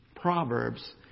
Proverbs